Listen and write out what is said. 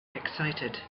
excited